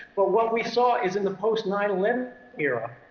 but what we saw is, in the post nine eleven era,